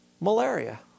malaria